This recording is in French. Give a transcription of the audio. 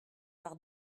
par